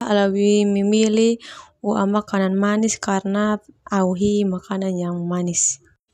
Au lebih memilih makanan manis karna au hi makanan yang manis.